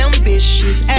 ambitious